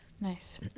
nice